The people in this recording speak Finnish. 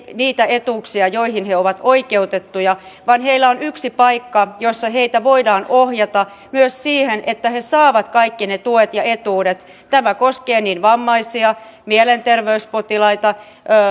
niitä etuuksia joihin he ovat oikeutettuja vaan heillä on yksi paikka jossa heitä voidaan ohjata myös siihen että he saavat kaikki ne tuet ja etuudet tämä koskee vammaisia mielenterveyspotilaita